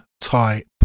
type